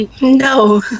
No